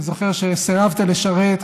אני זוכר שסירבת לשרת,